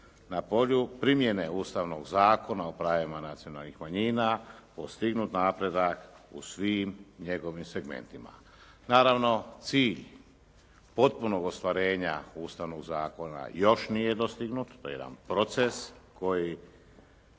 na polju primjene Ustavnog zakona o pravima nacionalnih manjina postignut napredak u svim njegovim segmentima. Naravno, cilj potpunog ostvarenja Ustavnog zakona još nije dostignut, to je jedan proces koji